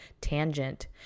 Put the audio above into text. tangent